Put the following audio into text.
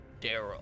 Daryl